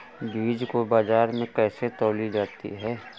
बीज को बाजार में कैसे तौली जाती है?